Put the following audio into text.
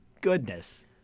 goodness